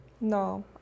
No